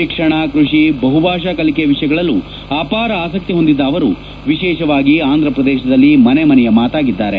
ಶಿಕ್ಷಣ ಕೃಷಿ ಬಹುಭಾಷಾ ಕಲಿಕೆ ವಿಷಯಗಳಲ್ಲೂ ಅಪಾರ್ ಆಸಕ್ತಿ ಹೊಂದಿದ್ದ ಅವರು ವಿಶೇಷವಾಗಿ ಆಂಧ್ವಪ್ರದೇಶದಲ್ಲಿ ಮನೆ ಮನೆಯ ಮಾತಾಗಿದ್ದಾರೆ